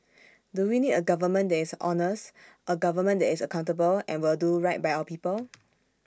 do we need A government that is honest A government that is accountable and will do right by our people